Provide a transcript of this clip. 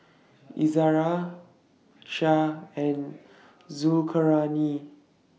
Izara Syah and Zulkarnain